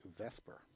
Vesper